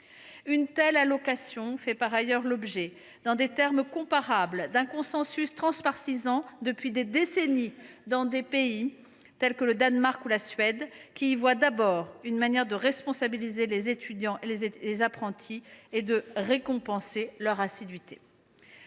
Une telle allocation fait par ailleurs l’objet, dans des termes comparables, d’un consensus transpartisan depuis des décennies dans des pays tels que le Danemark ou la Suède, qui y voient d’abord une manière de responsabiliser les étudiants et les apprentis et de récompenser leur assiduité.